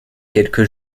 quelque